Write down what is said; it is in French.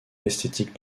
esthétique